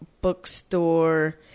bookstore